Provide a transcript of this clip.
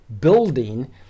building